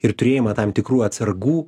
ir turėjimą tam tikrų atsargų